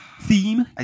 theme